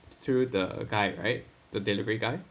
through the guy right the delivery guy